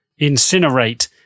incinerate